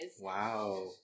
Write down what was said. wow